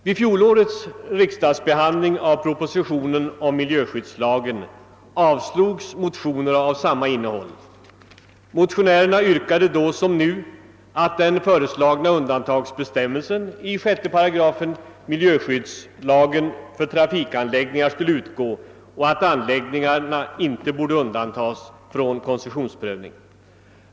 Vid fjolårets riksdagsbehandling av propositionen om miljöskyddslagen avslogs motioner av samma innehåll. Motionärerna yrkade då liksom nu att den föreslagna undantagsbestämmelsen i 6 § miljöskyddslagen för trafikanläggningar skulle utgå och att anläggningarna inte skulle undantas från koncessionsprövning.